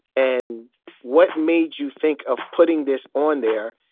and what made you think of putting this on there?